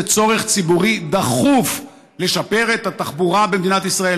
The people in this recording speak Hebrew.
צורך ציבורי דחוף לשפר את התחבורה במדינת ישראל,